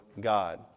God